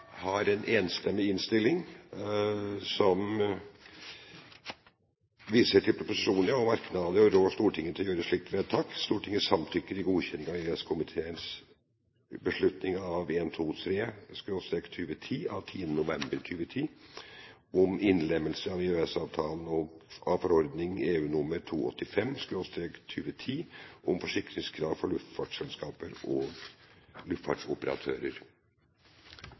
har ingen ytterligere merknader». Komiteen har en enstemmig innstilling som viser til proposisjonen og merknadene og rår Stortinget til å gjøre slikt vedtak: «Stortinget samtykker i godkjenning av EØS-komiteens beslutning nr. 123/2010 av 10. november 2010 om innlemmelse av i EØS-avtalen av forordning nr. 285/2010 om forsikringskrav for luftfartsselskap og luftfartsoperatører.»